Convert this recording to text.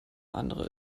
andere